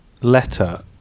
letter